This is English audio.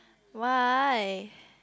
why